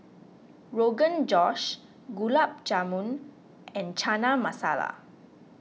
Rogan Josh Gulab Jamun and Chana Masala